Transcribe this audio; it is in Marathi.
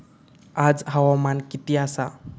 आज हवामान किती आसा?